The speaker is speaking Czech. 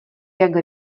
jak